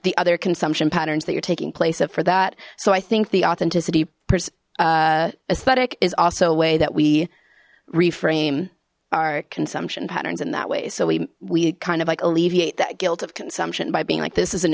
the other consumption patterns that you're taking place up for that so i think the authenticity aesthetic is also a way that we reframe our consumption patterns in that way so we we kind of like alleviate that guilt of consumption by being like this is an